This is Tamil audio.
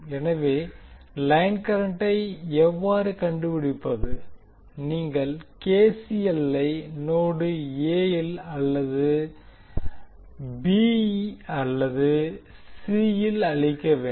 எனவே லைன் கரண்டை எவ்வாறு கண்டுபிடிப்பதுநீங்கள் கே சி எல்லை நோடு எ அல்லதுபி அல்லது சி யில் அளிக்க வேண்டும்